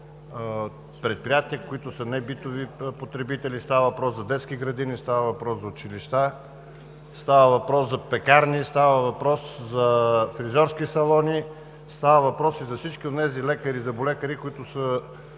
микропредприятия, които са небитови потребители – става въпрос за детски градини, става въпрос за училища, става въпрос за пекарни, става въпрос за фризьорски салони, става въпрос и за всички онези лекари и зъболекари, които са